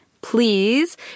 Please